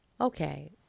okay